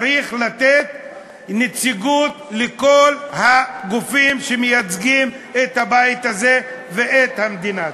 צריך לתת נציגות לכל הגופים שמייצגים את הבית הזה ואת המדינה.